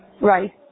Right